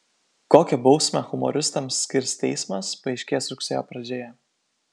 kokią bausmę humoristams skirs teismas paaiškės rugsėjo pradžioje